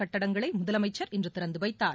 கட்டிடங்களை முதலமைச்சர் இன்று திறந்துவைத்தார்